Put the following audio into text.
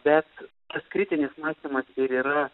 bet tas kritinis mąstymas ir yra